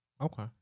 Okay